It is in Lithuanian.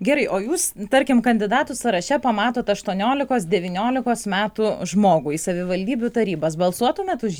gerai o jūs tarkim kandidatų sąraše pamatote aštuoniolikos devyniolikos metų žmogų į savivaldybių tarybas balsuotumėt už jį